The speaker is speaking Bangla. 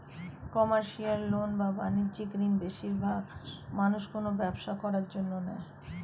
কমার্শিয়াল লোন বা বাণিজ্যিক ঋণ বেশিরবাগ মানুষ কোনো ব্যবসা করার জন্য নেয়